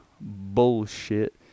bullshit